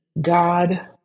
God